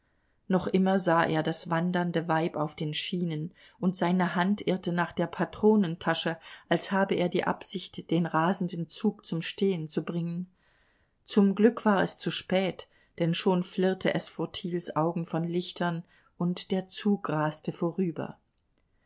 noch immer sah er das wandernde weib auf den schienen und seine hand irrte nach der patronentasche als habe er die absicht den rasenden zug zum stehen zu bringen zum glück war es zu spät denn schon flirrte es vor thiels augen von lichtern und der zug raste vorüber